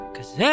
Cause